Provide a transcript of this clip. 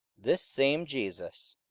this same jesus,